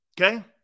Okay